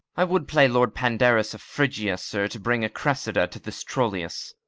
i would play lord pandarus of phrygia, sir, to bring a cressida to this troilus.